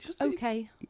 Okay